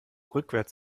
rückwärts